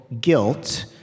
guilt